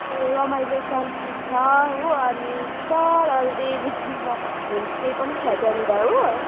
रमाइलो सन्तुक छ अनि तल रेलीमा होमस्टे पनि छ त्यहाँनिर हो